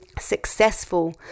successful